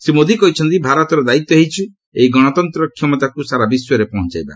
ସେ କହିଛନ୍ତି ଭାରତର ଦାୟିତ୍ୱ ହେଉଛି ଏହି ଗଣତନ୍ତର କ୍ଷମତାକୃ ସାରା ବିଶ୍ୱରେ ପହଞ୍ଚାଇବା